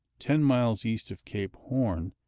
ten miles east of cape horn,